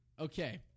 Okay